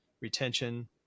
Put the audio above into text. retention